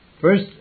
First